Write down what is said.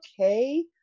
okay